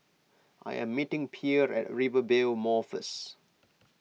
I am meeting Pierce at Rivervale Mall first